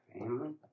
family